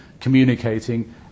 communicating